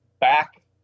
back